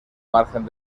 margen